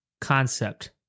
concept